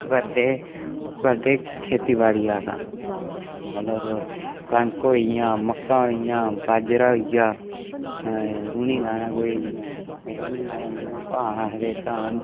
ओह् करदे ओह् करदे खेतीबाड़िया कम्म मतलब कनक होई गेइयां मक्कां होई गेइयां बाजरा होई गेआ रुनी लाना कोई रुनी लाना जि'यां धान आखदे धान